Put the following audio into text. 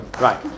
Right